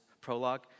prologue